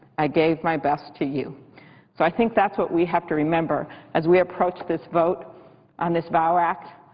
i gave my best to you. so i think that's what we have to remember as we approach this vote on this vow act,